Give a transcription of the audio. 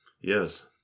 Yes